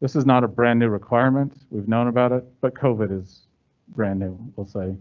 this is not a brand new requirement we've known about it, but covid is brand new. will say